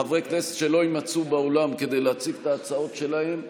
חברי כנסת שלא יימצאו באולם כדי להציג את ההצעות שלהם,